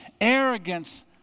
Arrogance